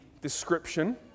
description